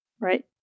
Right